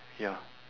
ya